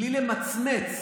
בלי למצמץ.